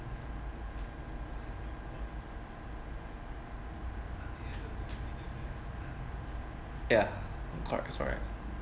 ya correct correct